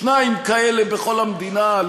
שניים כאלה בכל המדינה,